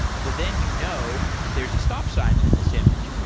so then you know there's a stop sign in this image.